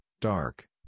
Dark